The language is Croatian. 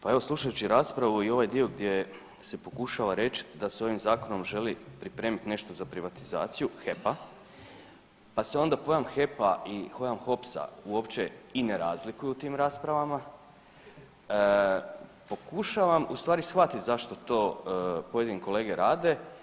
Pa evo slušajući raspravu i ovaj dio gdje se pokušava reći da se ovim zakonom želi pripremiti nešto za privatizaciju HEP-a, pa se onda pojam HEP-a i pojam HOPS-a i ne razlikuje u tim raspravama pokušavam u stvari shvatiti zašto to pojedini kolege rade.